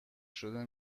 شده